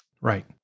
Right